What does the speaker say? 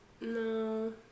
No